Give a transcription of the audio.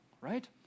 Right